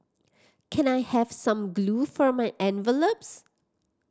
can I have some glue for my envelopes